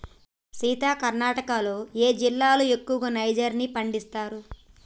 సీత కర్ణాటకలో ఏ జిల్లాలో ఎక్కువగా నైజర్ ని పండిస్తారు